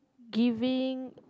giving